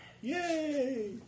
Yay